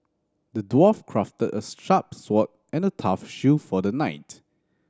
the dwarf crafted a sharp sword and a tough shield for the knight